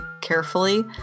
carefully